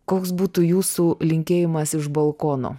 koks būtų jūsų linkėjimas iš balkono